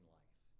life